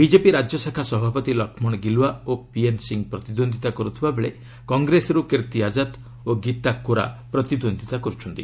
BJP ରାଜ୍ୟଶାଖା ସଭାପତି ଲକ୍ଷ୍ମଣ ଗିଲୱା ଓ ପିଏନ୍ ସିଂହ ପ୍ରତିଦ୍ୱନ୍ଦ୍ୱିତା କରୁଥିବା ବେଳେ କଂଗ୍ରେସରୁ କୀର୍ତ୍ତି ଆଜାଦ ଓ ଗୀତା କୋରା ପ୍ରତିଦ୍ୱନ୍ଦିତା କରୁଛନ୍ତି